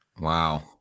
Wow